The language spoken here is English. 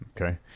okay